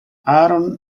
aaron